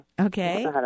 Okay